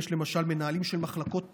למשל מנהלים של מחלקות פנימיות,